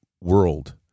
world